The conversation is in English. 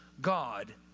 God